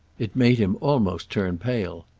it made him almost turn pale.